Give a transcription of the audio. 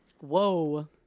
whoa